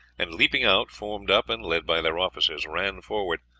and, leaping out, formed up, and led by their officers ran forward,